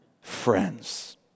friends